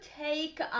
take